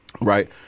Right